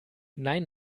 nein